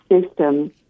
system